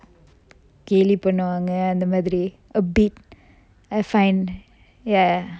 கேலி பண்ணுவாங்க அந்த மாதிரி:keli pannuvanga antha madiri a bit I find ya